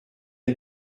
est